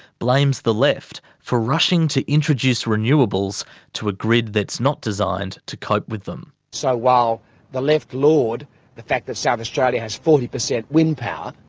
blames the left for rushing to introduce renewables to a grid that's not designed to cope with them. so while the left laud the fact that south australia has forty percent wind power,